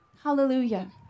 Hallelujah